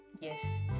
Yes